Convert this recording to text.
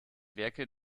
werke